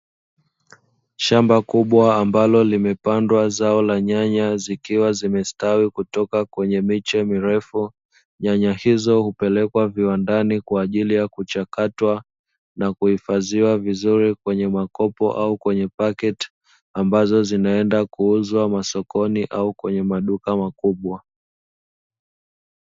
Shamba kubwa ambalo limepandwa zao la nyanya, zikiwa zimestawi kutoka kwenye miche mirefu. Nyanya hizo hupelekwa viwandani kwa ajili ya kuchakatwa na kuhifadhiwa vizuri kwenye makopo au kwenye paketi, ambazo zinaenda kuuzwa masokoni au kwenye maduka makubwa.